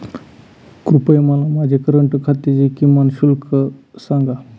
कृपया मला माझ्या करंट खात्याची किमान शिल्लक सांगा